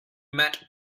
met